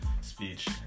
speech